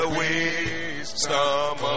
wisdom